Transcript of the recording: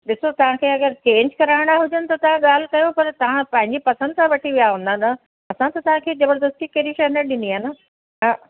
ॾिसो तव्हांखे अगरि चेंज कराइणा हुजनि त तव्हां ॻाल्हि कयो पर तव्हां पंहिंजी पसंदि सां वठी विया हूंदा न असां त तव्हांखे जबरदस्ती कहिड़ी शइ न ॾिनी आहे न न